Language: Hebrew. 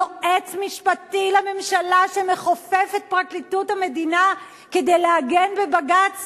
יועץ משפטי לממשלה שמכופף את פרקליטות המדינה כדי להגן בבג"ץ